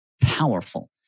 powerful